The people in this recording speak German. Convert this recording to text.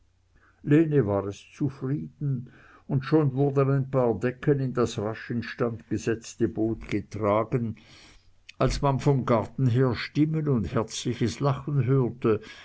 lene war es zufrieden und schon wurden ein paar decken in das rasch instand gesetzte boot getragen als man vom garten her stimmen und herzliches lachen hörte